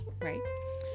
right